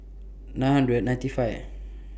nine hundred ninety five